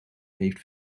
heeft